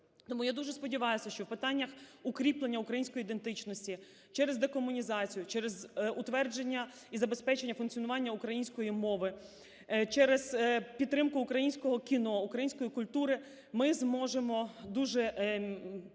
Тому я дуже сподіваюся, що в питаннях укріплення української ідентичності через декомунізацію, через утвердження і забезпечення функціонування української мови, через підтримку українського кіно, української культури ми зможемо дуже